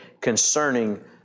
concerning